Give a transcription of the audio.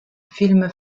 film